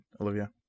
Olivia